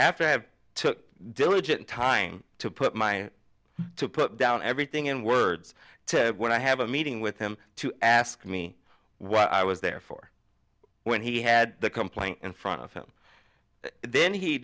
after i have to diligent time to put mine to put down everything in words to what i have a meeting with him to ask me what i was there for when he had the complaint in front of him then he